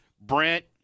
Brent